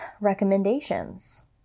recommendations